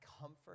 comfort